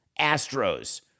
Astros